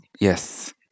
Yes